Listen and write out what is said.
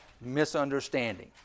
misunderstanding